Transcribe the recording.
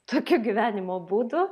tokiu gyvenimo būdu